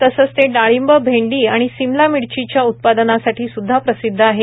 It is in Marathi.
तसेच ते डाळिंब भेंडी आणि सिमला मिरचीच्या उत्पादनासाठी सूद्धा प्रसिद्ध आहे